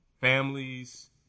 families